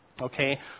Okay